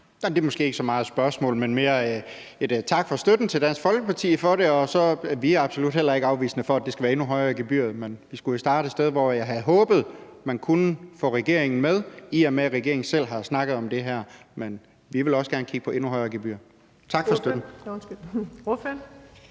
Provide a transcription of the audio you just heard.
Det er måske ikke så meget et spørgsmål, men mere en tak for støtten til Dansk Folkeparti. Vi er absolut heller ikke afvisende over for, at gebyret skal være endnu højere, men vi skulle jo starte et sted, hvor vi havde håbet man kunne få regeringen med, i og med regeringen selv har snakket om det her. Men vi vil også gerne kigge på endnu højere gebyrer. Tak for støtten.